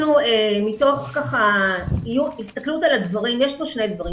יש כאן שני דברים.